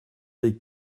des